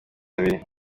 abiri